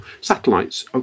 Satellites